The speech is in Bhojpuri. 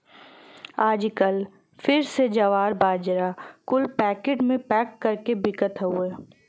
आजकल फिर से जवार, बाजरा कुल पैकिट मे पैक कर के बिकत हउए